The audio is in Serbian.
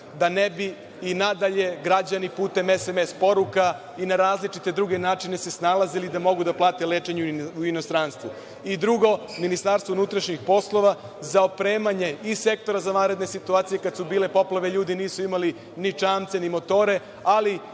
da ne bi i na dalje građani putem SMS poruka i na različite druge načine se snalazili da mogu da plate lečenje u inostranstvu. Drugo, MUP za opremanje i sektora za vanredne situacije. Kada su bile poplave, ljudi nisu imali ni čamce ni motore, ali